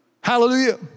Hallelujah